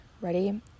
Ready